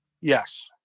Yes